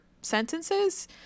sentences